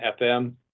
FM